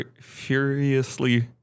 Furiously